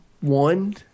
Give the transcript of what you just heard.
one